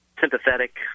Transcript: sympathetic